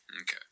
Okay